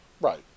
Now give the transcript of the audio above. Right